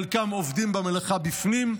חלקם עובדים במלאכה בפנים.